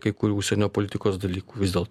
kai kurių užsienio politikos dalykų vis dėl